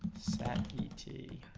and e t